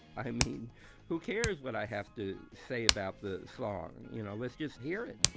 i mean who cares what i have to say about that song. you know let's just hear it.